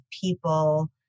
people